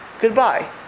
goodbye